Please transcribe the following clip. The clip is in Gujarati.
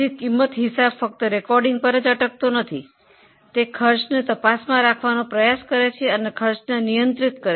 પડતર હિસાબી કરણ ફક્ત નોંધણી પર જ અટકતો નથી તે ખર્ચને તપાસે છે અને નિયંત્રિત કરે છે